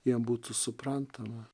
jiem būtų suprantama